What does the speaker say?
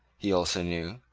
he also knew,